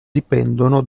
dipendono